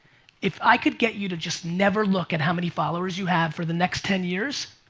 if i could get you to just never look at how many followers you have for the next ten years,